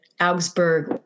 augsburg